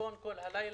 לישון כל הלילה,